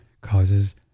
causes